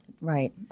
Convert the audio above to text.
Right